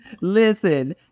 listen